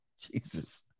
Jesus